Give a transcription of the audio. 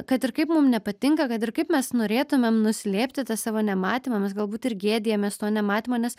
kad ir kaip mum nepatinka kad ir kaip mes norėtumėm nuslėpti tą savo nematymą galbūt ir gėdijamės to nematymo nes